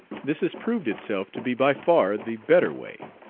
this has proved itself to be by far the better way,